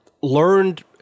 learned